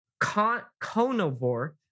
Konovor